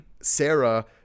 sarah